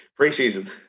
Preseason